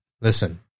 listen